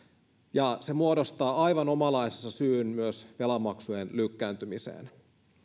ja se muodostaa aivan omanlaisensa syyn myös velanmaksujen lykkääntymiseen